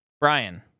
Brian